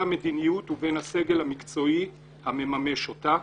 המדיניות ובין הסגל המקצועי המממש אותה".